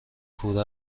کوره